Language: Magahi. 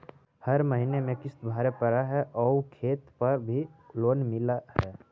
हर महीने में किस्त भरेपरहै आउ खेत पर भी लोन मिल है?